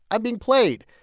i'm being played,